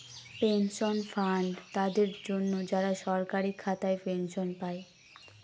pension fund তাদের জন্য, যারা সরকারি খাতায় পেনশন পায়